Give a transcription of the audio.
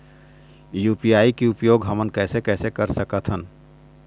UPI के उपयोग हमन कैसे कैसे कर सकत हन?